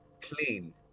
clean